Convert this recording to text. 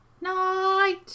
night